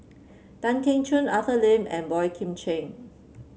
Tan Keong Choon Arthur Lim and Boey Kim Cheng